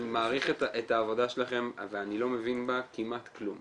אני מעריך את העבודה שלכם ואני לא מבין בה כמעט כלום.